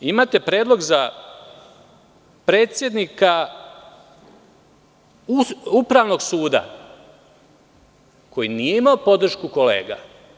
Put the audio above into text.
Imate predlog za predsednika Upravnog suda, koji nije imao podršku kolega.